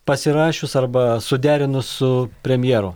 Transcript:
pasirašius arba suderinus su premjeru